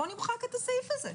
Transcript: בוא נמחק את הסעיף הזה.